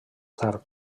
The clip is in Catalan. tard